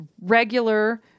regular